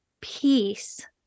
peace